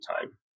time